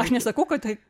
aš nesakau kad tai